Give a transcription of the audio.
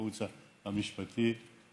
הייעוץ המשפטי,